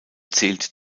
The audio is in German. zählt